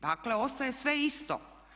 Dakle ostaje sve isto.